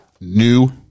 new